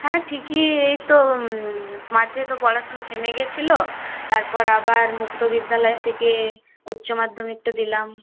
হ্যাঁ ঠিকই এইতো মাঝে তো পড়াশুনো থেমে গিয়েছিলো তারপর আবার মুক্তবিদ্যালয় থেকে উচ্চমাধ্যমিক তো দিলাম